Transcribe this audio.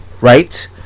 right